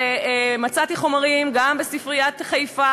ומצאתי חומרים גם בספריית אוניברסיטת חיפה